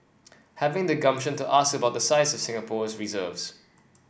having the gumption to ask about the size of Singapore's reserves